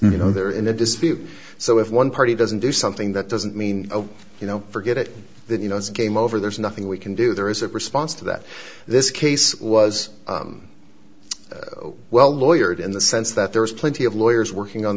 you know they're in a dispute so if one party doesn't do something that doesn't mean you know forget it then you know it's game over there's nothing we can do there is a response to that this case was well lawyer in the sense that there is plenty of lawyers working on